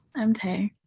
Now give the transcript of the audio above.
i'm tay.